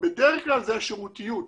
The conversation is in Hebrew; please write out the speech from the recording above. ובדרך כלל זה השירותיות.